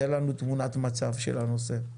תן לנו תמונת מצב של הנושא.